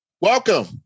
Welcome